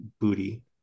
booty